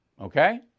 Okay